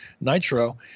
nitro